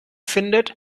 findet